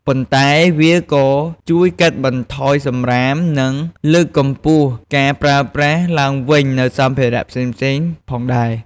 ប៉ុន្តែវាក៏ជួយកាត់បន្ថយសំរាម និងលើកកម្ពស់ការប្រើប្រាស់ឡើងវិញនូវសម្ភារៈផ្សេងៗផងដែរ។